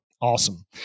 Awesome